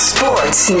Sports